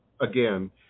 Again